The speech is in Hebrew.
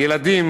ילדים,